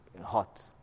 hot